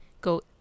go